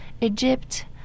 Egypt